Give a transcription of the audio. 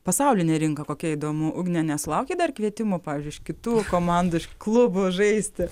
pasaulinė rinka kokia įdomu ugnė nesulaukei dar kvietimo pavyzdžiui iš kitų komandų klubų žaisti